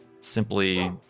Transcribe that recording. simply